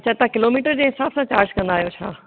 अच्छा तव्हां किलोमीटर जे हिसाब सां चार्ज कंदा आहियो छा